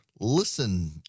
Listen